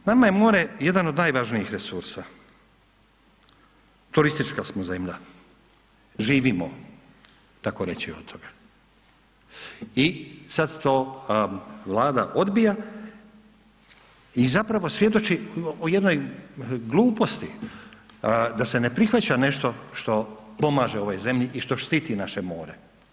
Nama je more jedan od najvažnijih resursa, turistička smo zemlja, živimo takoreći o toga i sad to Vlada odbija i zapravo svjedoči o jednoj gluposti da se ne prihvaća nešto što pomaže ovoj zemlji i što štiti naše more.